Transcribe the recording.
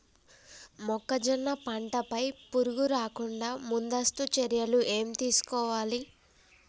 మొక్కజొన్న పంట పై పురుగు రాకుండా ముందస్తు చర్యలు ఏం తీసుకోవాలి?